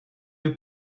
new